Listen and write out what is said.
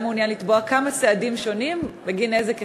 מעוניין לתבוע כמה סעדים שונים בגין נזק אחד.